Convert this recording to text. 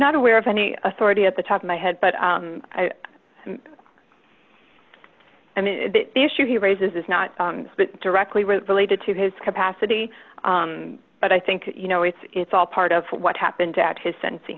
not aware of any authority at the top of my head but i i mean the issue he raises is not directly related to his capacity but i think you know it's it's all part of what happened at his sentencing